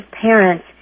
parents